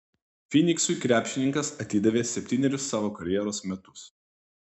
fyniksui krepšininkas atidavė septynerius savo karjeros metus